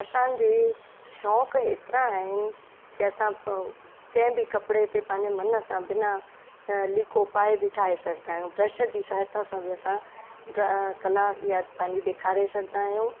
असांजे शौक़ ऐतिरा आहिनि की असां कंहिं बि कपिड़े ते पंहिंजे मन सां बिना लीको पाए बि ठाहे सघंदा आहियूं ब्रश जी सहायता सां बि असां ड्रॉ कला या पंहिंजी ॾेखारे सघंदा आहियूं